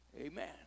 Amen